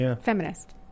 feminist